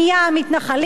המתנחלים,